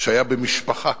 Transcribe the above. שהיה במשפחה,